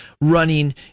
running –